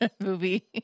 movie